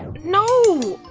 no!